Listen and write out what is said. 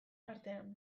artean